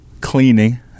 cleaning